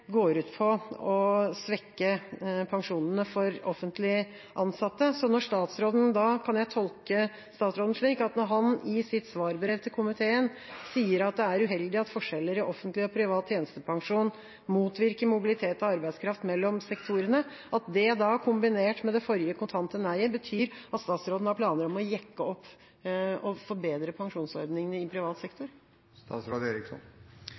går ut på å svekke pensjonene for offentlig ansatte. Kan jeg tolke statsråden slik når han i sitt svarbrev til komiteen sier at det er uheldig at forskjeller i offentlig og privat tjenestepensjon motvirker mobilitet av arbeidskraft mellom sektorene, at det da, kombinert med det forrige kontante nei, betyr at statsråden har planer om å jekke opp og forbedre pensjonsordningene i privat sektor?